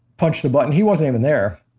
punched a button. he wasn't even there.